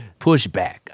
pushback